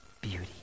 beauty